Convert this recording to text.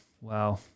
wow